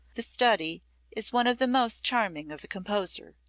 the study is one of the most charming of the composer.